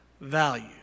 value